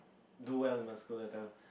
do well in my school that time